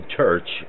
Church